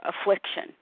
affliction